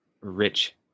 rich